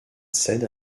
cède